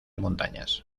montañas